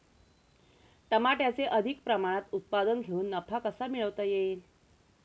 टमाट्याचे अधिक प्रमाणात उत्पादन घेऊन नफा कसा मिळवता येईल?